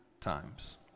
times